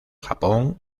japón